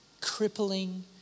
Crippling